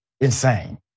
Insane